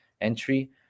entry